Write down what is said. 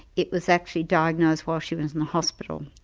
it was actually diagnosed while she was in hospital.